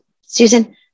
susan